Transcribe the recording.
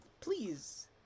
Please